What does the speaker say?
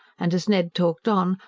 and as ned talked on,